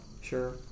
Sure